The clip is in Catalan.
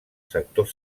sector